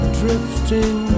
drifting